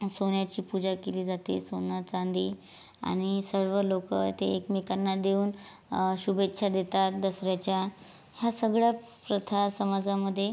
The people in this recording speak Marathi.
सोन्याची पूजा केली जाते सोनं चांदी आणि सर्व लोक ते एकमेकांना देऊन शुभेच्छा देतात दसऱ्याच्या ह्या सगळ्या प्रथा समाजामध्ये